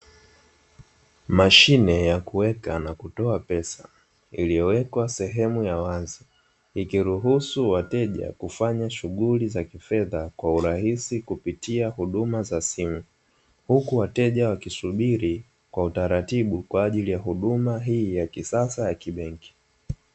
Mashine ya kuweka na kutoa pesa, iliyowekwa sehemu ya wazi, ikiruhusu wateja kufanya shughuli za kifedha kwa urahisi kupitia huduma za simu, huku wateja wakisubiri kwa utaratibu kwa ajili ya huduma hii ya kisasa ya kibenki.